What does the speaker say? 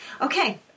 Okay